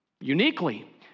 uniquely